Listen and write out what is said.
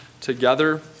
together